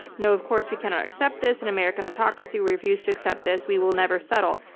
no, of course we cannot accept this, an american autocracy. we refuse to accept this, we will never settle.